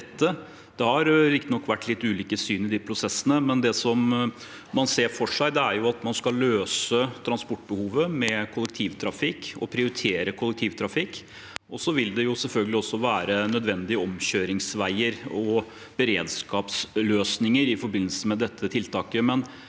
Det har riktignok vært litt ulike syn i de prosessene, men det man ser for seg, er at man skal løse transportbehovet med kollektivtrafikk og prioritere kollektivtrafikk. Det vil selvfølgelig også være nødvendige omkjøringsveier og beredskapsløsninger i forbindelse med dette tiltaket,